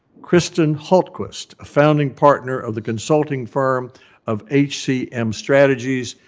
kristin hultquist, a founding partner of the consulting firm of hcm strategies,